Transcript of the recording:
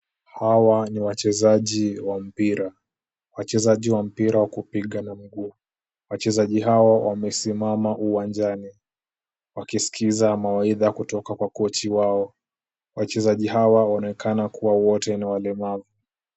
Hawa ni wachezaji wa mpira, wachezaji wa mpira wa kupiga na mguu. Wachezaji hawa wamesimama. uwanjani wakisikiza mawaidha kutoka kwa kochi wao. Wachezaji hawa wanaonekana kuwa wote ni walemavu.